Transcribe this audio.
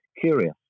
curious